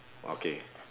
okay